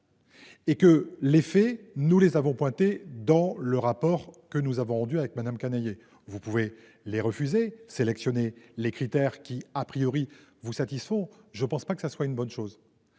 Et que les faits nous les avons pointés dans le rapport que nous avons rendu avec Madame Canayer. Vous pouvez les refuser sélectionner les critères qui a priori vous satisfont. Je ne pense pas que ça soit une bonne chose.